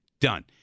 Done